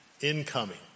incoming